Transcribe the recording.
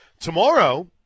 Tomorrow